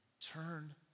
turn